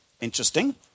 interesting